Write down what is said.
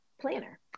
planner